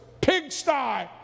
pigsty